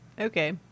Okay